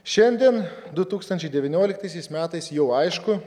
šiandien du tūkstančiai devynioliktaisiais metais jau aišku